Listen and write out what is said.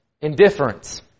indifference